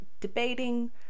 debating